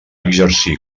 exercir